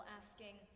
asking